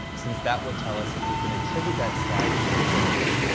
since that would tell us if we can attribute that stat to the link.